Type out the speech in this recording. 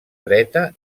dreta